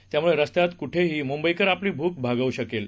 त्यामुळेरस्त्यातकुठेहीमुंबईकरआपलीभूकभागवूशकेल